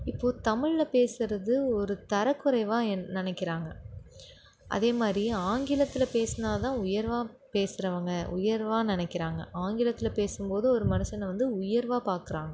இப்போது தமிழில் பேசுவது ஒரு தரக் குறைவாக என் நினைக்கிறாங்க அதே மாதிரி ஆங்கிலத்தில் பேசினா தான் உயர்வாக பேசுகிறவங்க உயர்வாக நினைக்கிறாங்க ஆங்கிலத்தில் பேசும் போது ஒரு மனுஷனை வந்து உயர்வாக பார்க்குறாங்க